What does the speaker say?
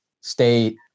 state